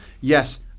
yes